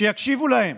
שיקשיבו להם,